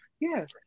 Yes